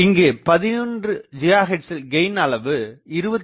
இங்கு 11 GHz ல் gain அளவு 22